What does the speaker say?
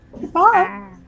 Goodbye